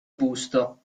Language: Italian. busto